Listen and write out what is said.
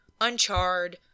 uncharred